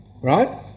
right